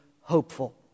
hopeful